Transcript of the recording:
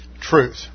truth